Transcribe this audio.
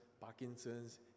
Parkinson's